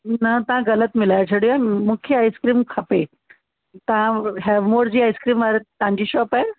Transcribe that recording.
न तव्हां ग़लति मिलाए छॾियो आहे मूंखे आइसक्रीम खपे तव्हां हैवमोर जी आइसक्रीम वारा तव्हांजी शॉप आहे